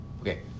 Okay